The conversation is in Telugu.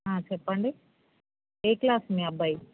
చెప్పండి ఏ క్లాస్ మీ అబ్బాయి